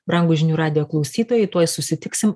brangūs žinių radijo klausytojai tuoj susitiksim